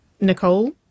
Nicole